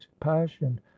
passion